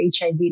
HIV